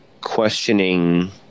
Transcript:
questioning